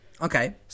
Okay